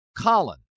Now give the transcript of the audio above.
Colin